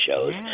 shows